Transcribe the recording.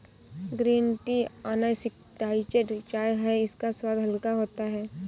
green tea unoxidised चाय है इसका स्वाद हल्का होता है